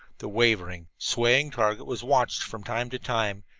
the wavering, swaying target was watched from time to time,